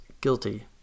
guilty